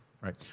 Right